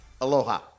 Aloha